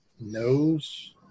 nose